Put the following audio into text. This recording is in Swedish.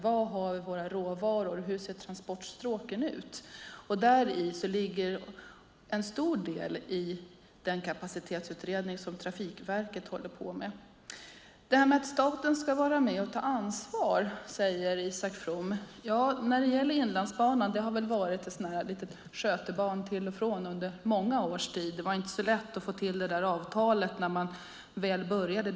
Var har vi våra råvaror? Hur ser transportstråken ut? Däri ligger en stor del av den kapacitetsutredning som Trafikverket håller på med. Staten ska vara med och ta ansvar, säger Isak From. Inlandsbanan har väl varit ett litet skötebarn till och från under många års tid. Det var inte så lätt att få till det där avtalet när man väl började.